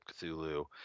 Cthulhu